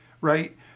right